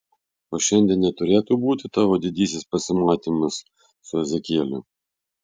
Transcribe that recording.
o šiandien neturėtų būti tavo didysis pasimatymas su ezekieliu